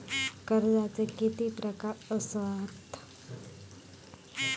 कर्जाचे किती प्रकार असात?